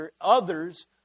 others